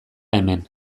hemen